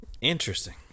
Interesting